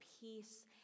peace